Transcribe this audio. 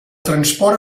transport